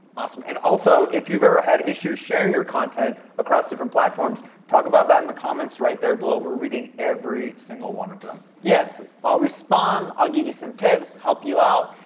awesome, and also, if you've ever had issues sharing your content across different platforms, talk about that in the comments right there below. we're reading every single one of them. yes, i'll respond, i'll give you some tips, help you out.